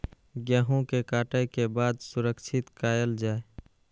गेहूँ के काटे के बाद सुरक्षित कायल जाय?